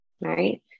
Right